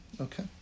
Okay